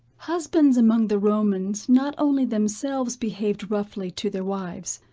husbands among the romans not only themselves behaved roughly to their wives,